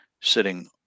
sitting